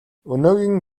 өнөөгийн